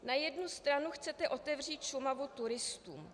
Na jednu stranu chcete otevřít Šumavu turistům.